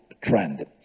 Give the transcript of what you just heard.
trend